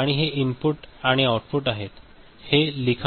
आणि हे इनपुट आणि आउटपुट आहे हे लिखाण आहे